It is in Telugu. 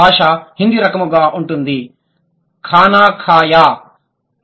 ఈ భాష హిందీ రకముగా ఉంటుంది ఖానా ఖయా ఆహారం తిన్నాను